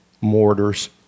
mortars